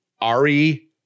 Ari